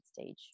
stage